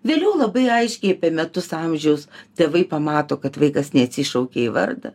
vėliau labai aiški metus amžius tėvai pamato kad vaikas neatsišaukia į vardą